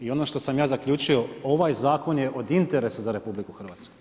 I ono što sam ja zaključio, ovaj zakon je od interesa za RH.